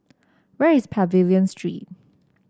where is Pavilion Street